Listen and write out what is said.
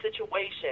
situation